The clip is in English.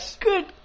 Good